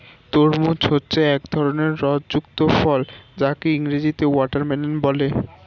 তরমুজ হচ্ছে এক ধরনের রস যুক্ত ফল যাকে ইংরেজিতে ওয়াটারমেলান বলে